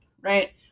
right